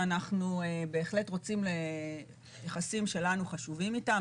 שאנחנו בהחלט רוצים יחסים שלנו חשובים איתם,